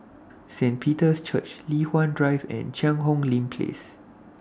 Saint Peter's Church Li Hwan Drive and Cheang Hong Lim Place